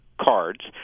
cards